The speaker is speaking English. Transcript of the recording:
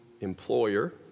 employer